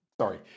sorry